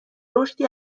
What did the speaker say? رشدی